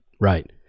Right